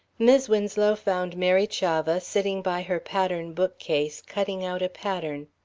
mis' winslow found mary chavah sitting by her pattern bookcase, cutting out a pattern.